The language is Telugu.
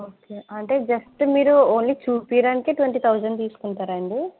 ఒకే అంటే జస్ట్ మీరు ఓన్లీ చుపియడానికే ట్వంటీ థౌసండ్ తీసుకుంటారా అండీ